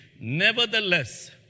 Nevertheless